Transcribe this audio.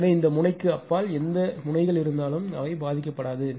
எனவே இந்த முனைக்கு அப்பால் எந்த முனைகள் இருந்தாலும் அவை பாதிக்கப்படாது